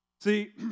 See